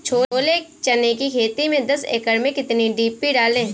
छोले चने की खेती में दस एकड़ में कितनी डी.पी डालें?